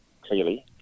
clearly